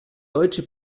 deutsche